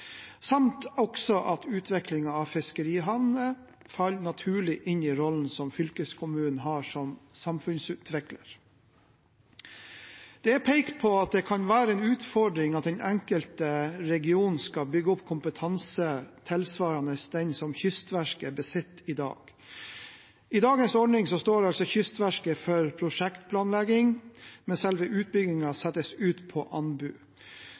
samt at utvikling av fiskerihavner faller naturlig inn i rollen som fylkeskommunene har som samfunnsutviklere. Det er pekt på at det kan være en utfordring at den enkelte region skal bygge opp kompetanse tilsvarende den som Kystverket besitter i dag. I dagens ordning står Kystverket for prosjektplanleggingen, mens selve utbyggingen settes ut på anbud.